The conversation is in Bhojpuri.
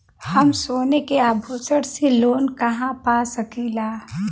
हम सोने के आभूषण से लोन कहा पा सकीला?